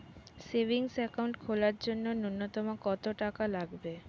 Savings account খোলার জন্য নূন্যতম কত টাকা লাগবে?